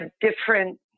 different